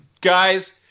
guys